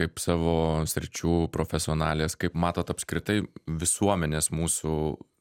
kaip savo sričių profesionalės kaip matot apskritai visuomenės mūsų